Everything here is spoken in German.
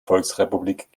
volksrepublik